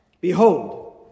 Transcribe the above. Behold